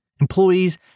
Employees